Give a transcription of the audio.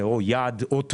זה או יעד, או טווח,